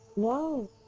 whoa!